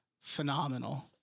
phenomenal